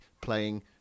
playing